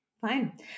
Fine